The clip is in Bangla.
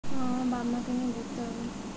সূর্যমুখী লঙ্কার ফলন কেমন?